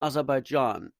aserbaidschan